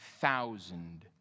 thousand